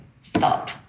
stop